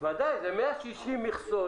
בוודאי, זה 160 מכסות,